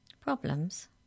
Problems